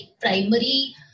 primary